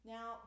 Now